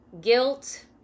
guilt